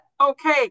okay